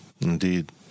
Indeed